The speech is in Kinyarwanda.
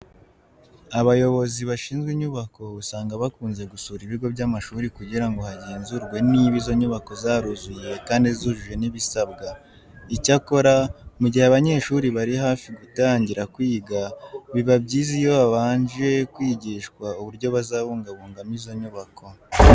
Abayobozi bashinzwe inyubako usanga bakunze gusura ibigo by'amashuri kugira ngo hagenzurwe niba izo nyubako zaruzuye kandi zujuje n'ibisabwa. Icyakora mu gihe abanyeshuri bari hafi gutangira kwiga biba byiza iyo babanje kwigishwa uburyo bazabungabungamo izo nyubako.